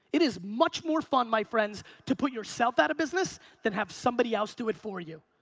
it is much more fun, my friends, to put yourself out of business then have somebody else do it for you.